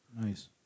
Nice